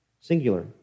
singular